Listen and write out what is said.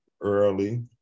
Early